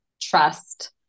trust